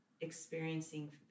experiencing